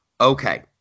okay